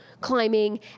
climbing